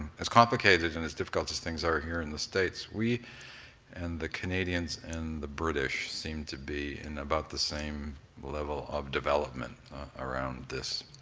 as complicated and as difficult as things are here in the states, we and the canadians and the british seem to be in about the same level of development around this.